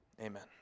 Amen